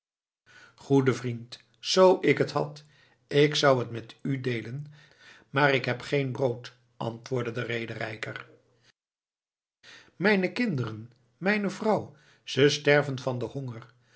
goede vriend zoo ik het had ik zou het met u deelen maar ik heb geen brood antwoordde de rederijker mijne kinderen mijne vrouw ze sterven van den honger